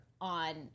on